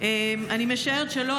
אני משערת שלא,